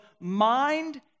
mind